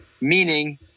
meaning